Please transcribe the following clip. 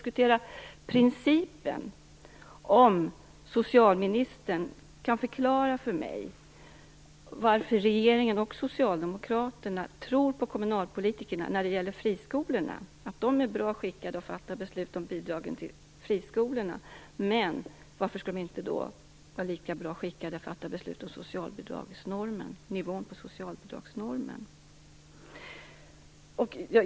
Kan socialministern förklara för mig varför regeringen och Socialdemokraterna tror på kommunalpolitikerna när det gäller friskolorna - de är bra skickade att fatta beslut om bidragen till friskolorna - men inte när det gäller att fatta beslut om nivån på socialbidragsnormen?